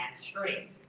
straight